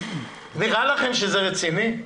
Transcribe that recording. נראה לכם שזה רציני?